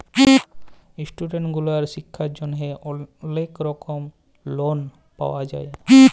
student গুলার শিক্ষার জন্হে অলেক রকম লন পাওয়া যায়